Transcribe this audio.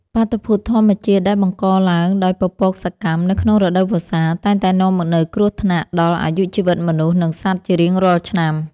បាតុភូតធម្មជាតិដែលបង្កឡើងដោយពពកសកម្មនៅក្នុងរដូវវស្សាតែងតែនាំមកនូវគ្រោះថ្នាក់ដល់អាយុជីវិតមនុស្ស និងសត្វជារៀងរាល់ឆ្នាំ។